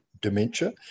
dementia